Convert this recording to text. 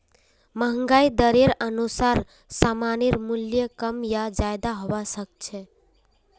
महंगाई दरेर अनुसार सामानेर मूल्य कम या ज्यादा हबा सख छ